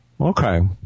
Okay